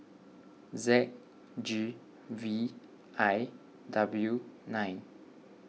Z G V I W nine